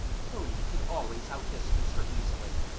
tony could always outdistance her easily,